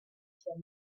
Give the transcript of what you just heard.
from